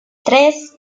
tres